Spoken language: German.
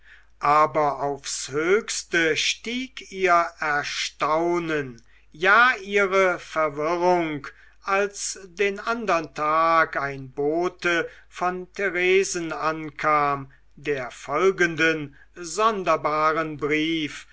aber aufs höchste stieg ihr erstaunen ja ihre verwirrung als den andern tag ein bote von theresen ankam der folgenden sonderbaren brief